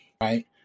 right